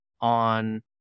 on